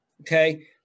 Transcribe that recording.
Okay